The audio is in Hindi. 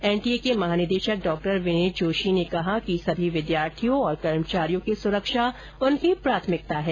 एनटीए के महानिदेशक डॉक्टर विनीत जोशी ने कहा कि सभी विद्यार्थियों और कर्मचारियों की सुरक्षा उनकी प्राथमकिता है